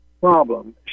Problem